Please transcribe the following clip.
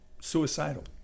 suicidal